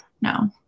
No